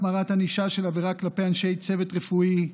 החמרת ענישה של עבירה כלפי אנשי צוות רפואי),